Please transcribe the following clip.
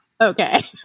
Okay